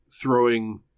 throwing